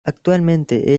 actualmente